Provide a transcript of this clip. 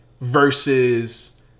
Versus